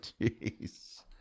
Jeez